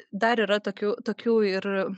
dar yra tokių tokių ir